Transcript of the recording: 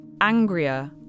angrier